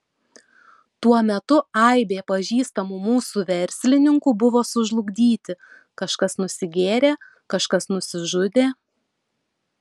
tuo metu aibė pažįstamų mūsų verslininkų buvo sužlugdyti kažkas nusigėrė kažkas nusižudė